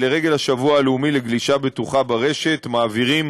לרגל השבוע הלאומי לגלישה בטוחה ברשת מעבירים